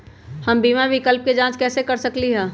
हम बीमा विकल्प के जाँच कैसे कर सकली ह?